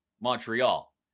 Montreal